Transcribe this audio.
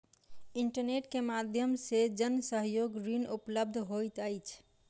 internet के माध्यम से जन सहयोग ऋण उपलब्ध होइत अछि